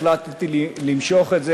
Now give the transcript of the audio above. החלטתי למשוך את זה.